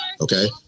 okay